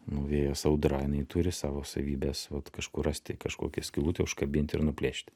nu vėjas audra jinai turi savo savybes vat kažkur rasti kažkokią skylutę užkabinti ir nuplėšti